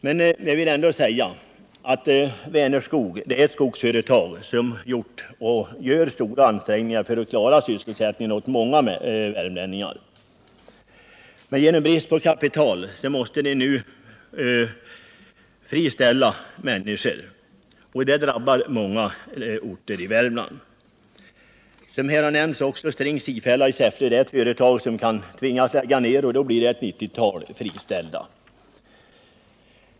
Men jag vill ändå säga att Vänerskog är ett skogsföretag som har gjort och gör stora ansträngningar för att klara sysselsättningen åt många värmlänningar. Men genom brist på kapital måste företaget nu friställa människor, och det drabbar många orter i Värmland. Som här har nämnts är också String-Sifhälla i Säffle ett företag som kan tvingas lägga ned, och då blir det ett 90-tal friställda.